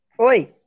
Oi